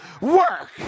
work